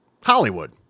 Hollywood